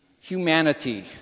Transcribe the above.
humanity